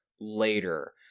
later